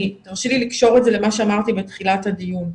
תרשי לי לקשור את זה למה שאמרתי בתחילת הדיון,